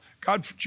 God